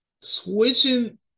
Switching